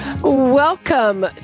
Welcome